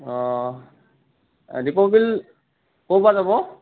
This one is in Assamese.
অ দীপৰ বিল ক'ৰপৰা যাব